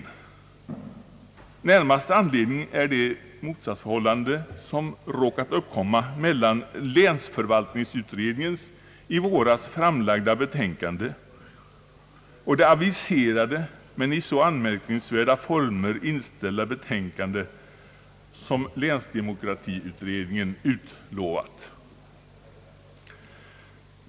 Den närmaste anledningen är det motsatsförhållande som har råkat uppkomma mellan länsförvaltningsutredningens i våras framlagda betänkande och det aviserade men i så anmärkningsvärda former inställda betänkande som länsdemokratiutredningen hade utlovat.